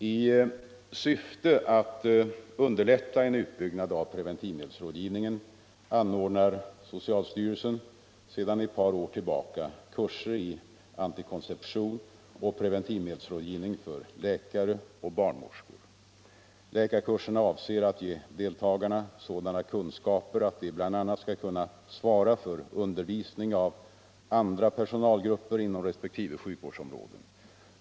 I syfte att underlätta en utbyggnad av preventivmedelsrådgivningen anordnar socialstyrelsen sedan ett par år kurser i antikonception och preventivmedelsrådgivning för läkare och barnmorskor. Läkarkurserna avser att ge deltagarna sådana kunskaper att de bl.a. skall kunna svara för undervisning av andra personalgrupper inom resp. sjukvårdsområden.